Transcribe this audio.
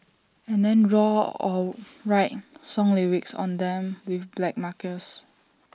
and then draw or write song lyrics on them with black markers